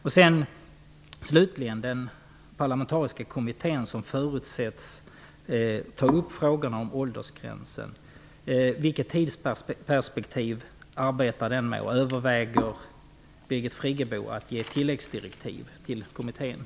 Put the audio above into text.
Slutligen förutsätts den parlmentariska kommittén ta upp frågan om åldersgränsen. Vilket tidsperspektiv har kommittén? Överväger Birgit Friggebo att ge kommittén tilläggsdirektiv?